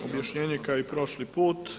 Objašnjenje kao i prošli put.